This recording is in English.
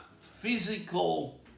physical